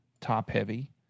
top-heavy